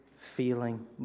feeling